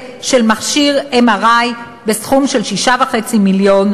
של מכשיר MRI בסכום של 6.5 מיליון,